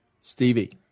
Stevie